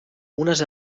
unes